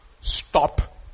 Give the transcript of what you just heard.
stop